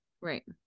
Right